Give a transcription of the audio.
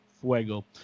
Fuego